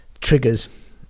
triggers